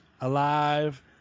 alive